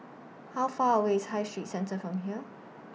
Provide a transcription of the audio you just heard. How Far away IS High Street Centre from here